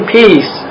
peace